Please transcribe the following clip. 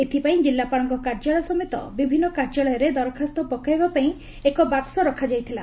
ଏଥିପାଇଁ କିଲ୍ଲାପାଳଙ୍କ କାର୍ଯ୍ୟାଳୟ ସମେତ ବିଭିନ୍ନ କାର୍ଯ୍ୟାଳୟରେ ଦରଖାସ୍ତ ପକାଇବା ପାଇଁ ଏକ ବାକ୍ ରଖାଯାଇଥିଲା